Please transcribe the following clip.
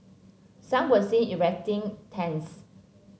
some were seen erecting tents